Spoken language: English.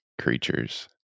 creatures